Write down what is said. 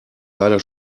leider